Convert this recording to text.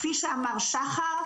כפי שאמר שחר,